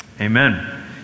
Amen